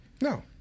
No